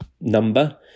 number